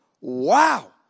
wow